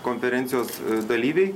konferencijos dalyviai